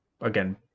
again